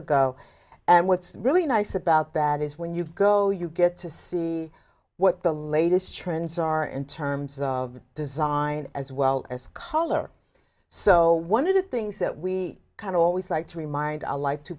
ago and what's really nice about that is when you go you get to see what the latest trends are in terms of the design as well as color so one of the things that we kind of always like to remind i like t